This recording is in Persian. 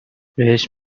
بهش